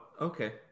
okay